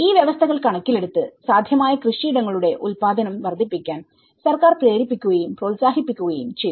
ഈ വ്യവസ്ഥകൾ കണക്കിലെടുത്ത് സാധ്യമായ കൃഷിയിടങ്ങളുടെ ഉൽപ്പാദനം വർദ്ധിപ്പിക്കാൻ സർക്കാർ പ്രേരിപ്പിക്കുകയും പ്രോത്സാഹിപ്പിക്കുകയും ചെയ്തു